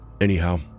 anyhow